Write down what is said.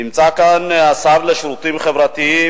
נמצא כאן השר לשירותים חברתיים,